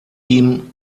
ihm